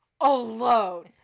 Alone